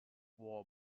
wall